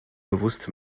bewusst